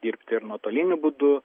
dirbti ir nuotoliniu būdu